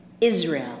Israel